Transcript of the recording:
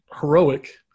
heroic